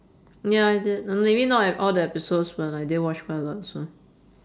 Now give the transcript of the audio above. ya I did mm maybe not e~ all the episodes but I didn't watch quite a lot so